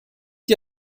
die